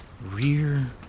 Rear